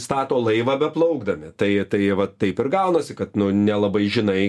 stato laivą beplaukdami tai tai vat taip ir gaunasi kad nu nelabai žinai